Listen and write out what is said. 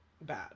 bad